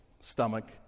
stomach